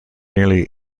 nearly